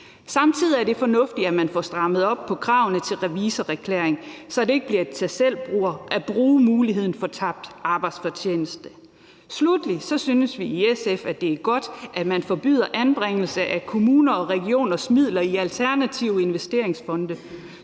Samtidig er det fornuftigt, at man får strammet op på kravene til revisorerklæring, så det ikke bliver et tag selv-bord at bruge muligheden i forhold til tabt arbejdsfortjeneste. Så synes vi i SF også, det er godt, at man forbyder anbringelse af kommuner og regioners midler i alternative investeringsfonde.